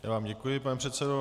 Já vám děkuji, pane předsedo.